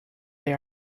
they